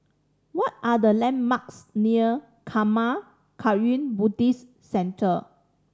what are the landmarks near Karma Kagyud Buddhist Centre